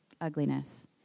ugliness